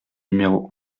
numéro